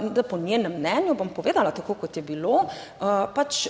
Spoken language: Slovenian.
da po njenem mnenju, bom povedala tako kot je bilo, pač